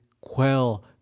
quell